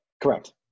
Correct